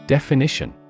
Definition